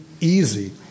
easy